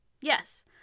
Yes